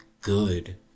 good